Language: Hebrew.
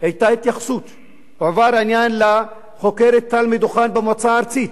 היתה התייחסות והועבר העניין לחוקרת תלמה דוכן במועצה הארצית.